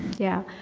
yeah,